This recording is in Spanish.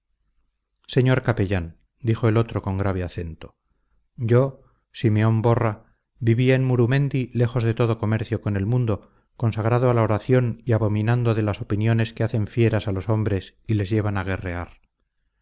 señor capellán dijo el otro con grave acento yo simeón borra vivía en murumendi lejos de todo comercio con el mundo consagrado a la oración y abominando de las opiniones que hacen fieras a los hombres y les llevan a guerrear